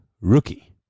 rookie